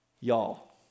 y'all